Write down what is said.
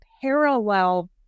parallel